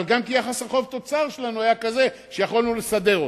אבל גם כי יחס החוב-תוצר שלנו היה כזה שיכולנו לסדר אותו.